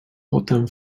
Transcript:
potem